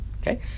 Okay